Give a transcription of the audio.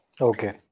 okay